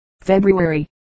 February